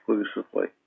exclusively